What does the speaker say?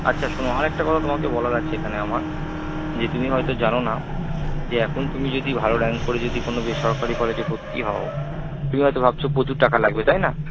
আচ্ছা শোনো আর একটা কথা তোমাকে বলার আছে এখানে আমার যে তুমি হয়তো জানো না যে এখন তুমি যদি ভালো র্যাঙ্ক করে যদি কোনো বেসরকারি কলেজে ভর্তি হও তুমি হয়তো ভাবছো প্রচুর টাকা লাগবে তাই না